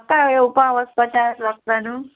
म्हाका येवपा वोचपा चार लागता न्हू